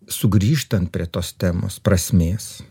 sugrįžtant prie tos temos prasmės